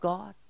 God